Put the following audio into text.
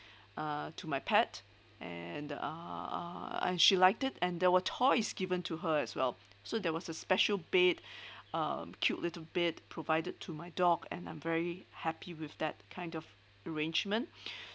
uh to my pet and uh uh and she liked it and there were toys given to her as well so there was a special bed um cute little bed provided to my dog and I'm very happy with that kind of arrangement